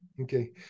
Okay